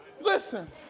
Listen